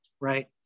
right